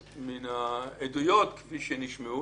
אבא, דודה, בייביסיטינג.